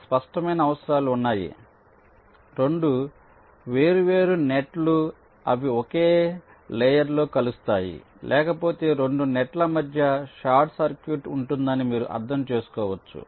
కొన్ని స్పష్టమైన అవసరాలు ఉన్నాయి 2 వేర్వేరు నెట్ లు అవి ఒకే లేయర్ లో కలుస్తాయి లేకపోతే 2 నెట్ ల మధ్య షార్ట్ సర్క్యూట్ ఉంటుందని మీరు అర్థం చేసుకోవచ్చు